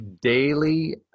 daily